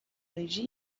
regie